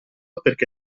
perché